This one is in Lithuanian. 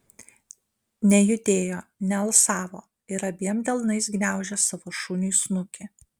nejudėjo nealsavo ir abiem delnais gniaužė savo šuniui snukį